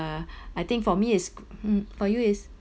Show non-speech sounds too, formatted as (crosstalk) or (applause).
(breath) I think for me is mm for you is